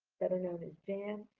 better known as jan,